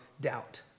doubt